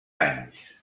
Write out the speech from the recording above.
anys